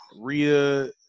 Rhea